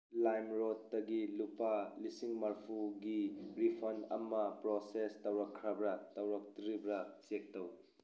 ꯂꯥꯏꯝ ꯔꯣꯠꯇꯒꯤ ꯂꯨꯄꯥ ꯂꯤꯁꯤꯡ ꯃꯔꯤꯐꯨꯒꯤ ꯔꯤꯐꯟ ꯑꯃ ꯄ꯭ꯔꯣꯁꯦꯁ ꯇꯧꯈ꯭ꯔꯕ꯭ꯔꯥ ꯇꯧꯔꯛꯇ꯭ꯔꯤꯕ꯭ꯔꯥ ꯆꯦꯛ ꯇꯧ